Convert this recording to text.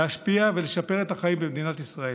להשפיע ולשפר את החיים במדינת ישראל.